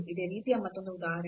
ಇದೇ ರೀತಿಯ ಮತ್ತೊಂದು ಉದಾಹರಣೆ